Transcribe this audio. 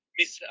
miss